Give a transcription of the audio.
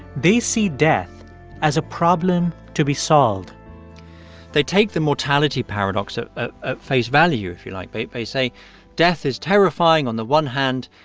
they see death as a problem to be solved they take the mortality paradox ah ah at face value, if you like. they they say death is terrifying, on the one hand,